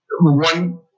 one